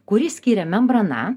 kurį skiria membrana